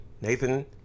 Nathan